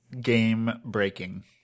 Game-breaking